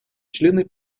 члены